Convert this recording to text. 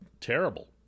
terrible